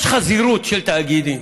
יש חזירות של תאגידים.